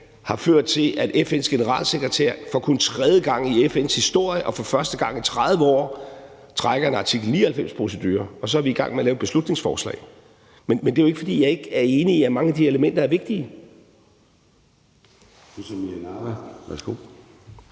har ført til, at FN's generalsekretær for kun tredje gang i FN's historie og for første gang i 30 år trækker en artikel 99-procedure, og så er vi i gang med at lave et beslutningsforslag! Men det er jo ikke, fordi jeg ikke er enig i, at mange af de elementer er vigtige.